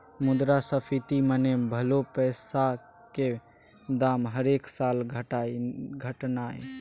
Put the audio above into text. मुद्रास्फीति मने भलौ पैसाक दाम हरेक साल घटनाय